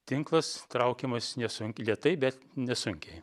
tinklas traukiamas nesunk lėtai bet nesunkiai